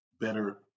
better